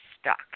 stuck